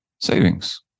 savings